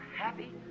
happy